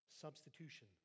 substitution